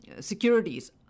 securities